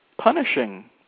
punishing